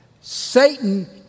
Satan